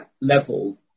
level